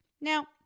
Now